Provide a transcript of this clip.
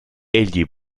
egli